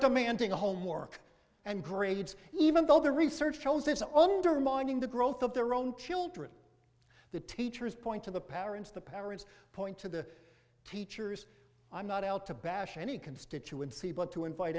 demanding the homework and grades even though the research shows that only are mourning the growth of their own children the teachers point to the parents the parents point to the teachers i'm not out to bash any constituency but to invite